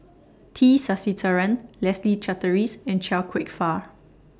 T Sasitharan Leslie Charteris and Chia Kwek Fah